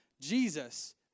Jesus